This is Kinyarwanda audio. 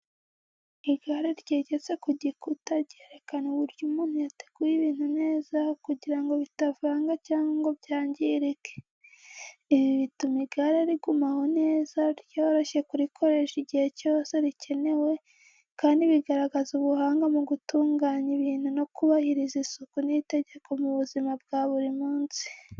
Igare ryegetse ku gikuta ryerekana uburyo umuntu yateguye ibintu neza kugira ngo bitavanga cyangwa ngo byangirike. Ibi bituma igare rigumaho neza, ryoroshye kurikoresha igihe cyose rikenewe, kandi bigaragaza ubuhanga mu gutunganya ibintu no kubahiriza isuku n’itegeko mu buzima bwa buri munsi.